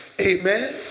Amen